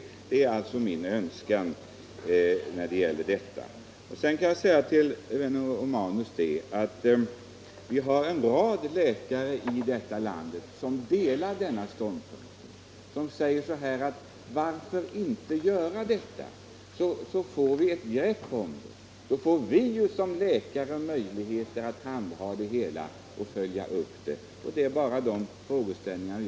Det är min önskan när det gäller detta medel. En rad läkare i detta land, herr Romanus, delar denna ståndpunkt och frågar: Varför inte tillåta en sådan prövning så att vi såsom läkare får möjlighet att följa upp resultaten?